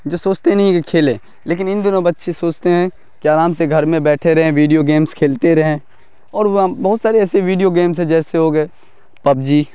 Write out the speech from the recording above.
جو سوچتے نہیں ہیں کہ کھیلیں لیکن ان دنوں بچے سوچتے ہیں کہ آرام سے گھر میں بیٹھے رہیں ویڈیو گیمس کھیلتے رہیں اور وہ بہت سارے ایسے ویڈیو گیمس ہیں جیسے ہو گئے پب جی